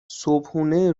صبحونه